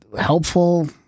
helpful